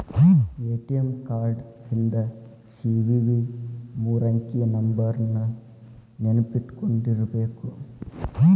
ATM card ಹಿಂದ್ CVV ಮೂರಂಕಿ ನಂಬರ್ನ ನೆನ್ಪಿಟ್ಕೊಂಡಿರ್ಬೇಕು